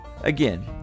Again